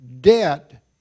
debt